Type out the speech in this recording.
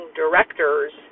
directors